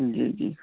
جی جی